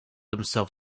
himself